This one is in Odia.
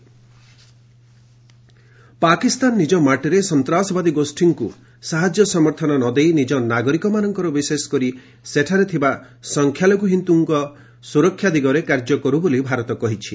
UN HRC Pak India Pakistan ନିଜ ମାଟିରେ ସନ୍ତ୍ରାସବାଦୀ ଗୋଷ୍ଠୀଙ୍କୁ ସାହାଯ୍ୟ ସମର୍ଥନ ନ ଦେଇ ନିଜ ନାଗରିକମାନଙ୍କର ବିଶେଷକରି ସେଠାରେ ଥିବା ସଂଖ୍ୟାଲଘୁ ହିନ୍ଦୁଙ୍କ ସୁରକ୍ଷା ଦିଗରେ କାର୍ଯ୍ୟ କରୁ ବୋଲି ଭାରତ କହିଛି